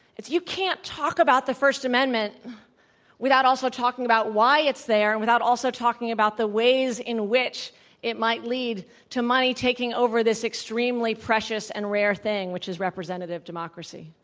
you can't talk about the first amendment without also talking about why it's there and without also talking about the ways in which it might lead to money taking over this extremely precious and rare thing, which is representative democracy.